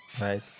right